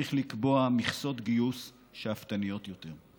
צריך לקבוע מכסות גיוס שאפתניות יותר,